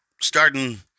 starting